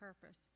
purpose